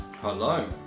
Hello